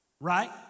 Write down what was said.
Right